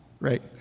right